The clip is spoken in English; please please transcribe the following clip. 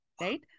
right